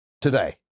today